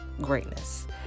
greatness